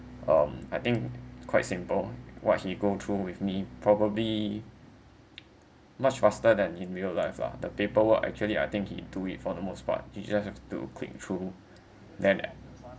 um I think quite simple what he go through with me probably much faster than in real life lah the paperwork actually I think he do it for the most part he just have to click through then